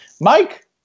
Mike